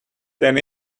then